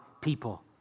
people